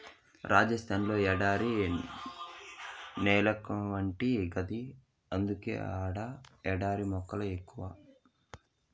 రాజస్థాన్ ల ఎడారి నేలెక్కువంట గదా అందుకే ఆడ ఎడారి మొక్కలే ఎక్కువ